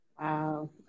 wow